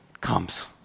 comes